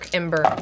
ember